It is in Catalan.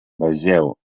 vegeu